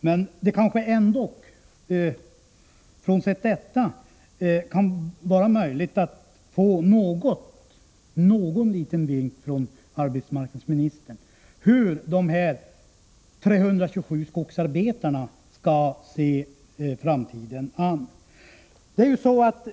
Men kanske arbetsmarknadsministern ändå kunde ge en liten antydan om hur dessa 327 skogsarbetare skall se framtiden an.